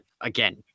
again